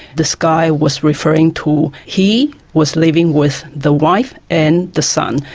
this guy was referring to he was living with the wife and the son.